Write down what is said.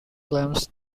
claims